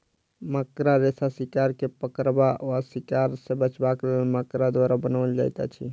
मकड़ा रेशा शिकार के पकड़बा वा शिकार सॅ बचबाक लेल मकड़ा द्वारा बनाओल जाइत अछि